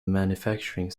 manufacturing